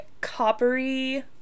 coppery